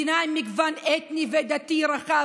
מדינה עם מגוון אתני ודתי רחב,